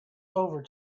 over